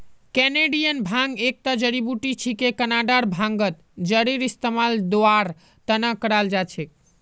Canadian भांग एकता जड़ी बूटी छिके कनाडार भांगत जरेर इस्तमाल दवार त न कराल जा छेक